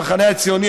המחנה הציוני,